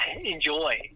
enjoy